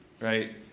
right